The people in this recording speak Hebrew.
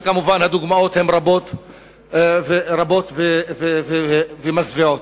ומובן שהדוגמאות רבות ומזוויעות.